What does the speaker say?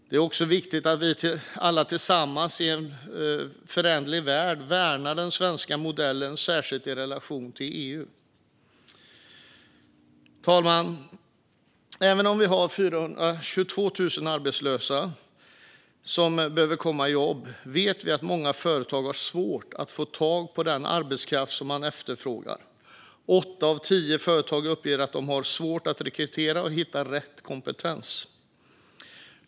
Det är också viktigt att vi alla tillsammans i en föränderlig värld värnar den svenska modellen, särskilt i relation till EU. Herr talman! Även om vi har 422 000 arbetslösa som behöver komma i jobb vet vi att många företag har svårt att få tag på den arbetskraft som de efterfrågar. Åtta av tio företag uppger att de har svårt att rekrytera och hitta rätt kompetens.